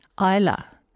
Isla